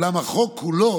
טאולם, החוק כולו,